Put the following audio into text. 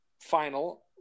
final